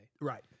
Right